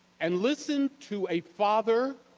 and listened to a father